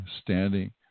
standing